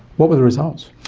what were the results?